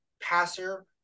passer